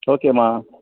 okay அம்மா